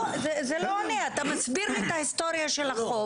אתה מסביר לי את ההיסטוריה של החוק,